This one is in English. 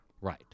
Right